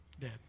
dead